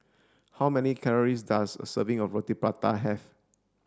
how many calories does a serving of Roti Prata have